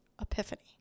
epiphany